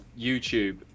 YouTube